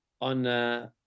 on